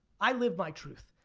i live my truth.